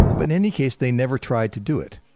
but in any case, they never tried to do it.